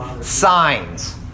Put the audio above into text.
Signs